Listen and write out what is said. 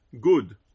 good